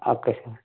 okay sir